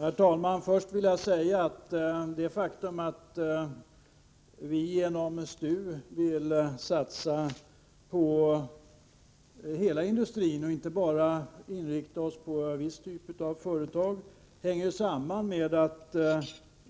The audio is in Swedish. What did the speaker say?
Herr talman! Först vill jag säga att det faktum att vi genom STU vill satsa på hela industrin och inte bara inrikta oss på en viss typ av företag hänger samman med att